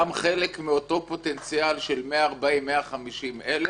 גם חלק מאותו פוטנציאל של 140,000, 150,000,